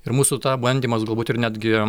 ir mūsų bandymas galbūt ir netgi